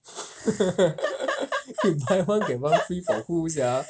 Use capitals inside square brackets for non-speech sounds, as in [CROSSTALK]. [LAUGHS] buy one get one free for who sia